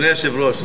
אדוני היושב-ראש.